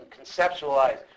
conceptualize